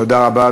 תודה רבה.